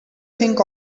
think